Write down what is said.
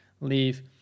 leave